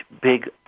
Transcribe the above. big